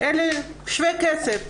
אלא שווה כסף.